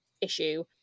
issue